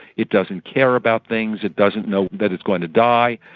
it doesn't care about things, it doesn't know that it's going to die.